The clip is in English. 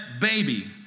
baby